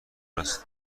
است